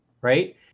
right